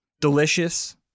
delicious